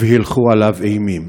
והילכו עליו אימים.